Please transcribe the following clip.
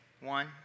One